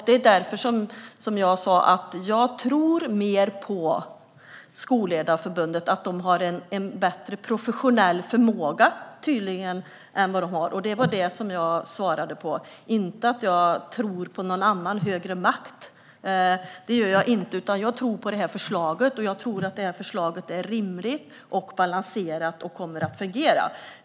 Det var därför som jag sa att jag tror att lärarna och skolledarna har en bättre professionell förmåga än vad skolledarförbundet tror. Det var den frågan som jag svarade på. Jag sa inte att jag tror på en annan högre makt. Jag tror på förslaget, att det är rimligt, balanserat och kommer att fungera.